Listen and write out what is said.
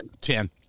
Ten